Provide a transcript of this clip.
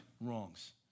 wrongs